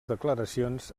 declaracions